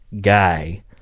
guy